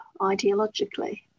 ideologically